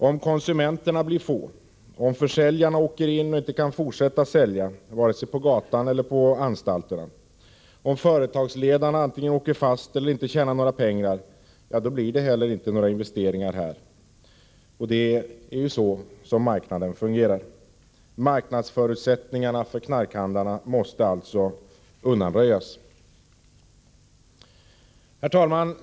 Om konsumenterna blir få, om försäljarna sätts i fängelse och inte kan fortsätta sälja — vare sig på gatan eller på anstalterna —, om företagsledarna antingen åker fast eller inte tjänar några pengar, ja, då blir det heller inga investeringar här i landet. Det är så marknaden fungerar. Marknadsförutsättningarna för knarkhandlarna måste alltså undanröjas. Herr talman!